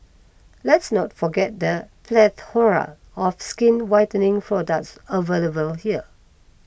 let's not forget the plethora of skin whitening products available here